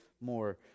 more